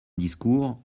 discours